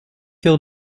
coeur